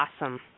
Awesome